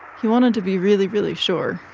he wanted to be really, really sure.